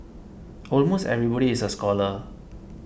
almost everybody is a scholar